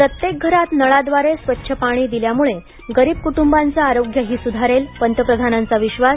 प्रत्येक घरात नळाद्वारे स्वच्छ पाणी दिल्यामुळे गरीब कुटुंबांचं आरोग्यही सुधारेल पंतप्रधानांचा विश्वास